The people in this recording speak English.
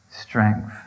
strength